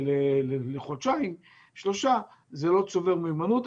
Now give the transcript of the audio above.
לחודשיים שלושה זה לא צובר מיומנות.